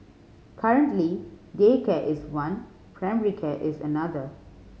currently daycare is one primary care is another